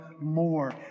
more